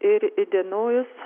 ir įdienojus